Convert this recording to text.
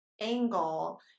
angle